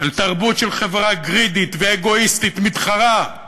אל תרבות של חברה "גרידית" ואגואיסטית מתחרה,